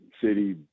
City